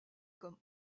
comme